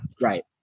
Right